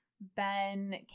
Ben